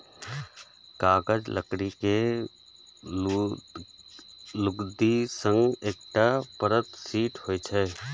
कागज लकड़ी के लुगदी सं बनल एकटा पातर शीट होइ छै